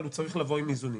אבל הוא צריך לבוא עם איזונים.